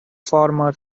farmer